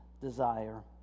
desire